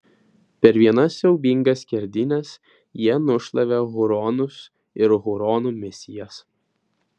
per vienas siaubingas skerdynes jie nušlavė huronus ir huronų misijas